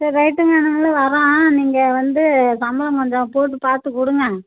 சரி ரைட்டுங்க இனிமேல் வர்றேன் நீங்கள் வந்து சம்பளம் கொஞ்சம் போட்டு பார்த்துக் கொடுங்க